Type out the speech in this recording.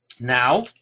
Now